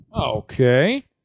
Okay